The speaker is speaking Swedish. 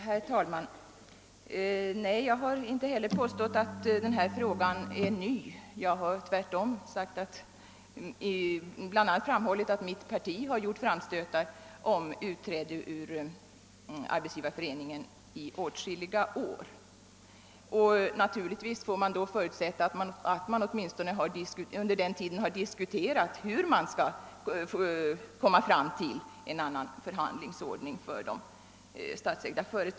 Herr talman! Nej, jag har inte påstått att denna fråga är ny. Tvärtom har jag framhållit bl.a. att vårt parti i åtskilliga år har gjort framstötar om utträde ur Arbetsgivareföreningen. Och naturligtvis får man förutsätta att det under den tiden har diskuterats hur vi skall komma fram till en annan förhandlingsordning för de statsägda företagen.